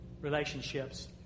relationships